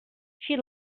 she